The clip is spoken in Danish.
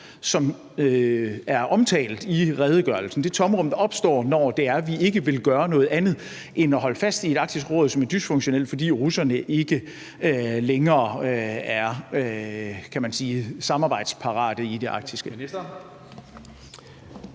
som er omtalt i redegørelsen – det tomrum, der opstår, når det er, at vi ikke vil gøre noget andet end at holde fast i et Arktisk Råd, som er dysfunktionelt, fordi russerne ikke længere er, kan man sige, samarbejdsparate i det arktiske.